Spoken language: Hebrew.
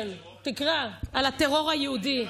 כן, תקרא, על הטרור היהודי.